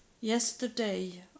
Yesterday